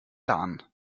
lahn